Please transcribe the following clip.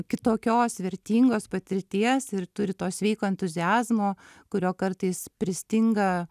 kitokios vertingos patirties ir turi to sveiko entuziazmo kurio kartais pristinga